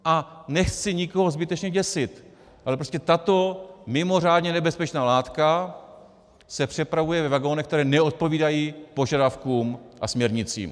A nechci nikoho zbytečně děsit, ale prostě tato mimořádně nebezpečná látka se přepravuje ve vagonech, které neodpovídají požadavkům a směrnicím.